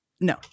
No